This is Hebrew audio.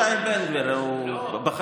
שאלתי את עצמי, איפה הוא, במילואים?